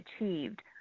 achieved